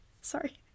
Sorry